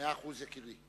מאה אחוז, יקירי.